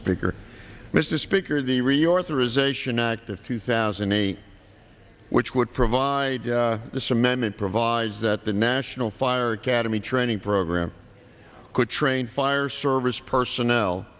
speaker mr speaker the reorder ization act of two thousand and eight which would provide this amendment provides that the national fire academy training program could train fire service personnel